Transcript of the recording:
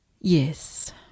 Yes